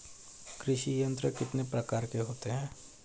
कृषि यंत्र कितने प्रकार के होते हैं?